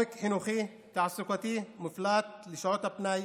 אופק חינוכי-תעסוקתי ומפלט לשעות הפנאי